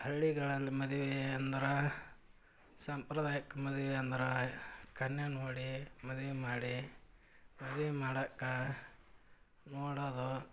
ಹಳ್ಳಿಗಳಲ್ಲಿ ಮದ್ವೆ ಅಂದ್ರೆ ಸಂಪ್ರದಾಯಕ್ಕೆ ಮದ್ವೆ ಅಂದ್ರೆ ಕನ್ಯೆ ನೋಡಿ ಮದ್ವೆ ಮಾಡಿ ಮದ್ವೆ ಮಾಡಕ್ಕೆ ನೋಡೋದು